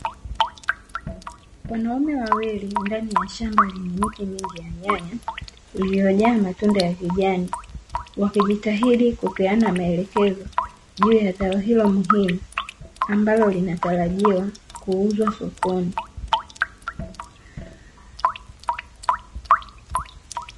Wanaume wawili ndani ya shamba lenye miti mingi ya nyanya, iliyojaa matunda ya kijani, wakijitahidi kupeana maelekezo juu ya zao hilo muhimu, ambalo linatarajiwa kuuzwa sokoni.